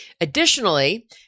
Additionally